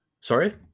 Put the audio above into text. sorry